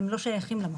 אבל הם לא שייכים למחוז